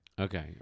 Okay